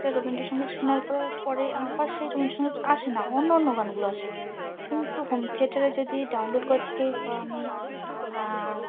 একটা রবীন্দ্রসঙ্গীত শোনার পরে পরে আবার সেই রবীন্দ্রসঙ্গীত আসে না অন্য অন্য গানগুলো আসে কিন্তু হোম থিয়েটারে যদি ডাউনলোড করে থাকে বা আমি